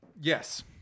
Yes